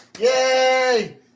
Yay